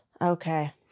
Okay